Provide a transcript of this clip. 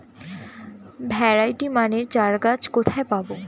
Variety মানের চারাগাছ কোথায় পাবো?